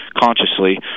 consciously